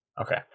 Okay